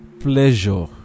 pleasure